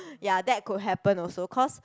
ya that could happen also cause